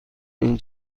این